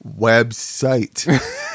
website